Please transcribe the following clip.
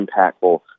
impactful